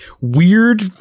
weird